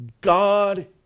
God